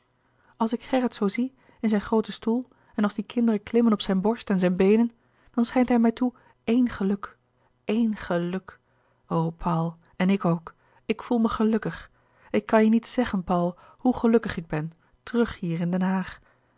grooten louis couperus de boeken der kleine zielen stoel en als die kinderen klimmen op zijn borst en zijn beenen dan schijnt hij mij toe éen geluk éen geluk o paul en ik ook ik voel me gelukkig ik kan je niet zeggen paul hoe gelukkig ik ben terug hier in den haag